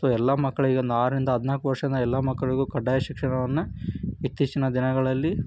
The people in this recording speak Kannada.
ಸೊ ಎಲ್ಲ ಮಕ್ಕಳಿಗೆ ಒಂದು ಆರರಿಂದ ಹದಿನಾಲ್ಕು ವರ್ಷದ ಎಲ್ಲ ಮಕಕ್ಕಳಿಗೂ ಕಡ್ಡಾಯ ಶಿಕ್ಷಣವನ್ನು ಇತ್ತೀಚಿನ ದಿನಗಳಲ್ಲಿ